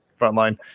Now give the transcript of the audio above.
Frontline